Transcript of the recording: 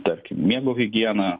tarkim miego higiena